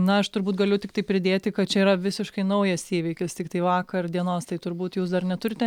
na aš turbūt galiu tiktai pridėti kad čia yra visiškai naujas įvykis tiktai vakar dienos tai turbūt jūs dar neturite